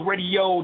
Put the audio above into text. Radio